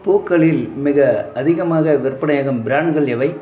பூக்களில் மிக அதிகமாக விற்பனையாகும் பிராண்ட்கள் எவை